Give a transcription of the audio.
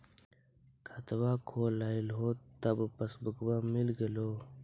खतवा खोलैलहो तव पसबुकवा मिल गेलो?